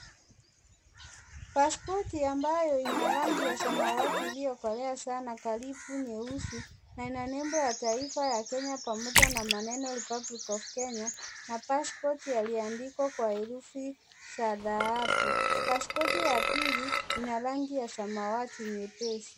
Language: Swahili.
Pasipoti ambayo ina rangi ya samawati iliyokolea sana karibu nyeusi na ina nembo ya taifa ya Kenya pamoja na maneno republic of Kenya na pasipoti yaliandikwa kwa herufi za dhahabu. Pasipoti ya pili ina rangi ya samawati nyepesi.